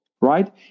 right